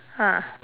ah